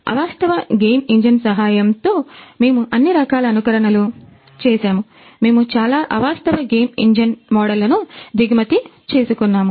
అవాస్తవ game engine మోడళ్లను దిగుమతి చేసుకున్నాము